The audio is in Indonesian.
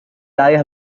ayah